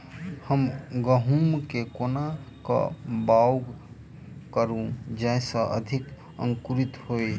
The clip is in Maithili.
हम गहूम केँ कोना कऽ बाउग करू जयस अधिक अंकुरित होइ?